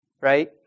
right